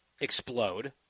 explode